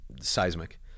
Seismic